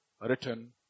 written